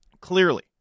clearly